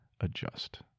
adjust